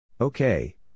okay